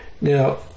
Now